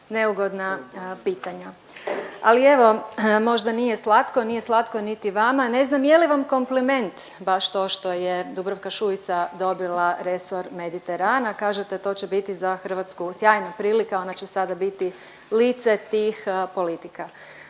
neugodna pitanja. Ali evo, možda nije slatko, nije slatko niti vama, ne znam je li vam kompliment baš to što je Dubravka Šuica dobila resor Mediterana, kažete to će biti za Hrvatsku sjajna prilika, ona će sada biti lice tih politika.